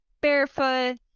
barefoot